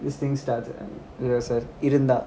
this thing starts ah இருந்தா:iruntha